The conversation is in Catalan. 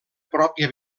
pròpia